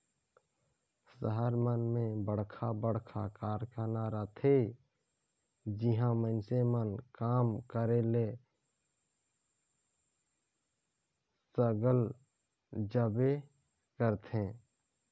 सहर मन में बड़खा बड़खा कारखाना रहथे जिहां मइनसे मन काम करे ले सरलग जाबे करथे